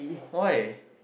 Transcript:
why